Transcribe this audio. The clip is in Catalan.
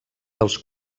dels